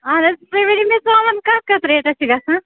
اَہن حظ تُہۍ ؤنِو مےٚ ژامَن کَتھ کَتھ ریٹَس چھِ گژھان